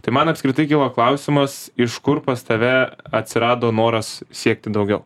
tai man apskritai kilo klausimas iš kur pas tave atsirado noras siekti daugiau